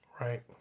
Right